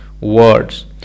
words